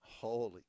Holy